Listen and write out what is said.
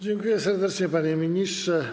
Dziękuję serdecznie, panie ministrze.